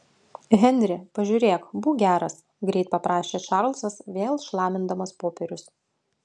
henri pažiūrėk būk geras greit paprašė čarlzas vėl šlamindamas popierius